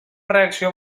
reacció